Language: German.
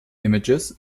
images